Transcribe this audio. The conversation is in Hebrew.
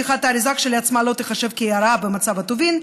פתיחת האריזה כשלעצמה לא תיחשב להרעה במצב הטובין,